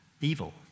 evil